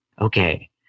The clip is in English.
Okay